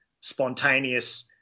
spontaneous